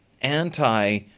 anti